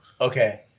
Okay